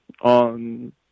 on